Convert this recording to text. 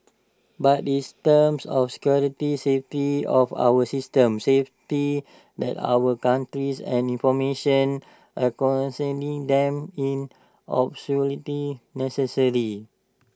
but this terms of security safety of our system safety that our countries and information them in absolutely necessary